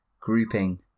grouping